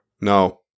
No